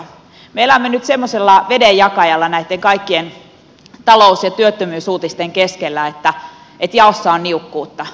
me elämme nyt semmoisella vedenjakajalla näitten kaikkien talous ja työttömyysuutisten keskellä että jaossa on niukkuutta